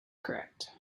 correct